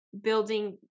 building